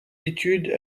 études